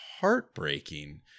heartbreaking